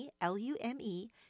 L-U-M-E